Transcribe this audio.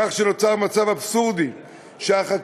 כך שנוצר מצב אבסורדי שהחקלאי-יצרן